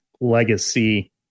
legacy